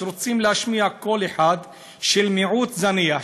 שרוצים להשמיע קול אחד של מיעוט זניח,